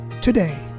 today